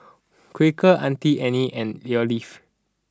Quaker Auntie Anne's and Alf